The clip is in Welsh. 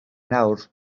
nawr